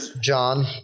John